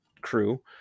crew